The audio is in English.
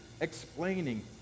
explaining